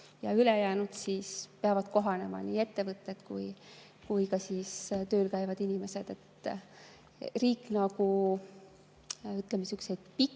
ülejäänud peavad kohanema, nii ettevõtted kui ka tööl käivad inimesed. Riik, ütleme, selliseid pikki